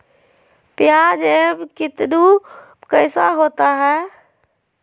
प्याज एम कितनु कैसा होता है?